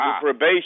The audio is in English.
probation